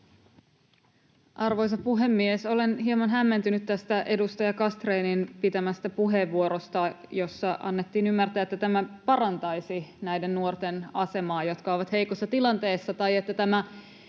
Arvoisa puhemies! Olen hieman hämmentynyt tästä edustaja Castrénin pitämästä puheenvuorosta, jossa annettiin ymmärtää, että tämä parantaisi näiden nuorten asemaa, jotka ovat heikossa tilanteessa, tai että tämä